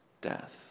death